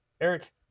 Eric